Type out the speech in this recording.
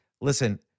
listen